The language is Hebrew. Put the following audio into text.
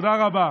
תודה רבה.